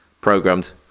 programmed